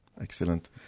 Excellent